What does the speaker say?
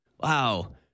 Wow